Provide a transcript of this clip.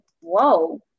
Whoa